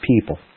people